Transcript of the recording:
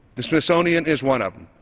the smithsonian is one of them.